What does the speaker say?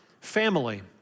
family